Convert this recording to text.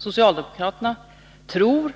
Socialdemokraterna tror